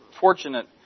fortunate